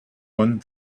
one